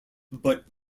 but